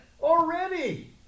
already